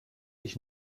ich